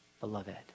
beloved